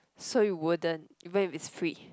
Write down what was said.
so it wouldn't even if it's free